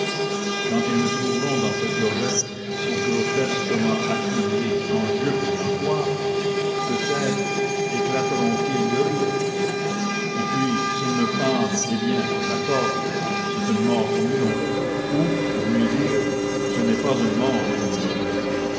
quand ils me trouveront dans cette logette si grotesquement affublé en jupe et en coiffe peut-être éclateront ils de rire et puis s'ils me pendent eh bien la corde c'est une mort comme une autre ou pour mieux dire ce n'est pas une mort comme une autre